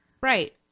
Right